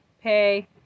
pay